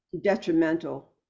detrimental